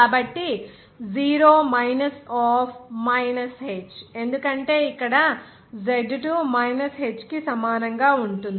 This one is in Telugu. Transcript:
కాబట్టి 0 మైనస్ ఆఫ్ మైనస్ h ఎందుకంటే ఇక్కడ Z2 మైనస్ h కి సమానంగా ఉంటుంది